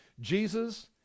Jesus